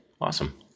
awesome